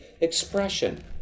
expression